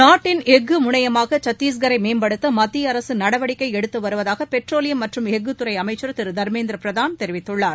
நாட்டின் எஃகு முனையமாக சத்தீஸ்கரை மேம்படுத்த மத்திய அரசு நடவடிக்கை எடுத்து வருவதாக பெட்ரோலியம் மற்றும் எஃகு துறை அமைச்சர் திரு தர்மேந்திர பிரதான் தெரிவித்துள்ளார்